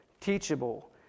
teachable